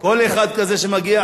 כל אחד כזה שמגיע,